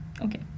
Okay